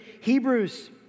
Hebrews